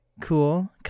cool